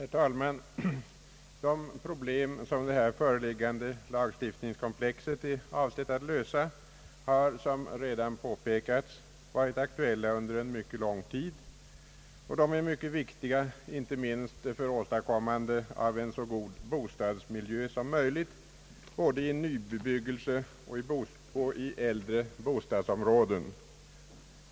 Herr talman! De problem, som det här föreliggande lagstiftningskomplexet är avsett att lösa, har som redan påpekats varit aktuella under en mycket lång tid, och de är mycket viktiga inte minst för åstadkommande av en så god bostadsmiljö som möjligt både i nybebyggelse och i äldre bostadsområden.